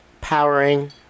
Powering